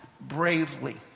bravely